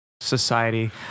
society